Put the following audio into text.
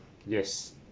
yes